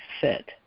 fit